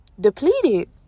depleted